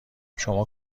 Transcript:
شما